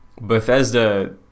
bethesda